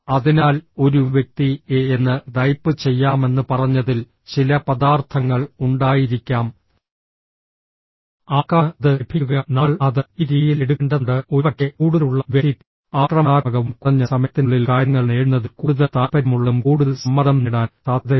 അതിനാൽ ഒരു വ്യക്തി എ എന്ന് ടൈപ്പ് ചെയ്യാമെന്ന് പറഞ്ഞതിൽ ചില പദാർത്ഥങ്ങൾ ഉണ്ടായിരിക്കാം ആർക്കാണ് അത് ലഭിക്കുക നമ്മൾ അത് ഈ രീതിയിൽ എടുക്കേണ്ടതുണ്ട് ഒരുപക്ഷേ കൂടുതൽ ഉള്ള വ്യക്തി ആക്രമണാത്മകവും കുറഞ്ഞ സമയത്തിനുള്ളിൽ കാര്യങ്ങൾ നേടുന്നതിൽ കൂടുതൽ താൽപ്പര്യമുള്ളതും കൂടുതൽ സമ്മർദ്ദം നേടാൻ സാധ്യതയുണ്ട്